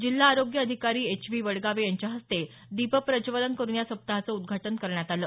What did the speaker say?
जिल्हा आरोग्य अधिकारी एच व्ही वडगावे यांच्याहस्ते दीप प्रज्वलन करून या सप्ताहाचं उद्घाटन करण्यात आलं